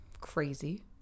crazy